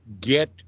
get